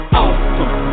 awesome